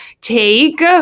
take